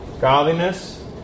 Godliness